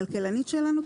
הכלכלנית שלנו,